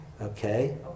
Okay